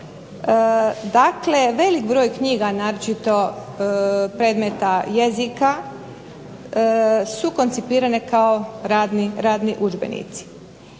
Dakle, velik broj knjiga naročito predmeta jezika su koncipirane kao radni udžbenici.